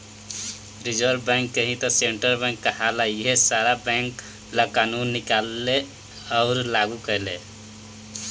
reserve bank के ही त सेन्ट्रल बैंक कहाला इहे सारा बैंक ला कानून निकालेले अउर लागू करेले